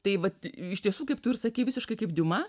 tai vat iš tiesų kaip tu ir sakei visiškai kaip diuma